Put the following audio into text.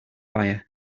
fire